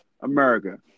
America